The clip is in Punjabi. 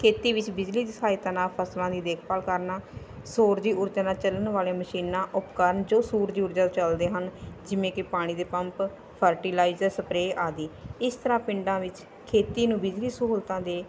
ਖੇਤੀ ਵਿੱਚ ਬਿਜਲੀ ਦੀ ਸਹਾਇਤਾ ਨਾਲ ਫਸਲਾਂ ਦੀ ਦੇਖਭਾਲ ਕਰਨਾ ਸੂਰਜੀ ਊਰਜਾ ਨਾਲ ਚੱਲਣ ਵਾਲੀਆਂ ਮਸ਼ੀਨਾਂ ਉਪਕਰਨ ਜੋ ਸੂਰਜੀ ਊਰਜਾ ਚੱਲਦੇ ਹਨ ਜਿਵੇਂ ਕਿ ਪਾਣੀ ਦੇ ਪੰਪ ਫਰਟੀਲਾਈਜ਼ਰ ਸਪਰੇ ਆਦਿ ਇਸ ਤਰ੍ਹਾਂ ਪਿੰਡਾਂ ਵਿੱਚ ਖੇਤੀ ਨੂੰ ਬਿਜਲੀ ਸਹੂਲਤਾਂ ਦੇ